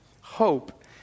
hope